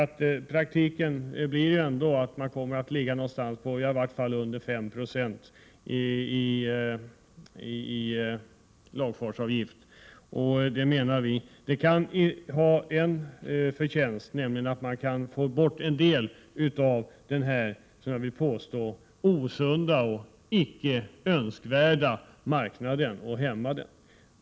Men i praktiken hamnar man ändå någonstans under 5 Fo i lagfartsavgift. Det menar vi kan ha den förtjänsten att vi får bort eller hämmar en del av den, som jag vill påstå, osunda och icke önskvärda marknaden.